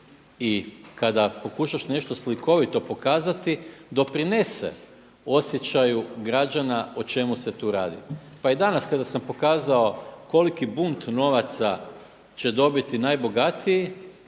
i kada pokušaš nešto slikovito pokazati doprinese osjećaju građana o čemu se tu radi. Pa i danas kada sam pokazao koliki bunt novaca će dobiti najbogatiji,